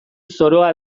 zoroa